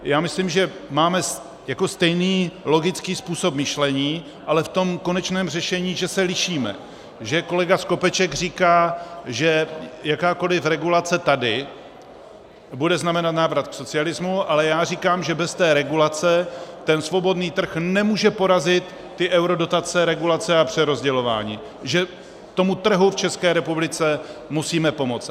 Já myslím, že máme stejný logický způsob myšlení, ale v tom konečném řešení, že se lišíme, že kolega Skopeček říká, že jakákoliv regulace tady bude znamenat návrat k socialismu, ale já říkám, že bez té regulace svobodný trh nemůže porazit ty eurodotace, dotace a přerozdělování, že tomu trhu v České republice musíme pomoct.